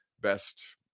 best